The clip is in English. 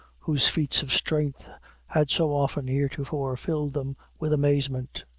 whose feats of strength had so often heretofore filled them with amazement.